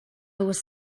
was